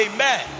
Amen